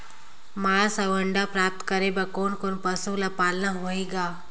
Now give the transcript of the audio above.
मांस अउ अंडा प्राप्त करे बर कोन कोन पशु ल पालना होही ग?